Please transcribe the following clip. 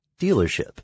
dealership